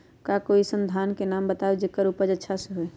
का कोई अइसन धान के नाम बताएब जेकर उपज अच्छा से होय?